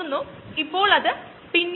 ദയവുചെയ്ത് നിങ്ങൾ അതൊന്നു നോക്കു